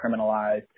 criminalized